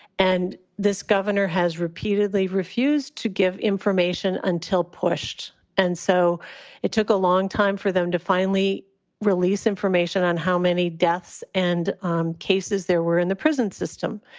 and this governor has repeatedly refused to give information until pushed. and so it took a long time for them to finally release information on how many deaths and cases there were in the prison system.